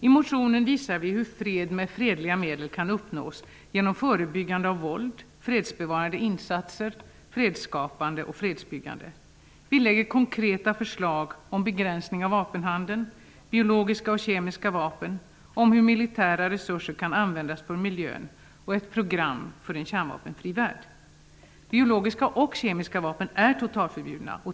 I motionen visar vi hur fred med fredliga medel kan uppnås genom förebyggande av våld, fredsbevarande insatser, fredsskapande och fredsbyggande. Vi lägger fram konkreta förslag om begränsning av vapenhandeln och av biologiska och kemiska vapen, om hur militära resurser kan användas för miljön och om ett program för en kärnvapenfri värld. Biologiska och kemiska vapen är totalförbjudna.